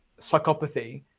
psychopathy